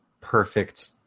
perfect